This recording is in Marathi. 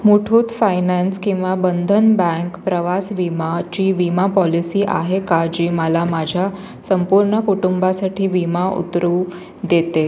मुठूट फायनान्स किंवा बंधन बँक प्रवास विमाची विमा पॉलिसी आहे का जी मला माझ्या संपूर्ण कुटुंबासाठी विमा उतरवू देते